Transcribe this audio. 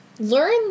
Learn